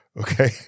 okay